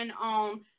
on